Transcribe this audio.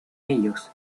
ellos